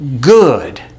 good